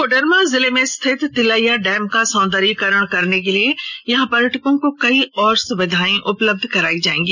कोडरमा जिले में स्थित तिलैया डैम का सौंदर्यीकरण करने के साथ यहां पर्यटकों को कई और सुविधाए उपलब्ध कराई जाएगी